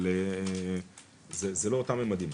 אבל זה לא אותם ממדים.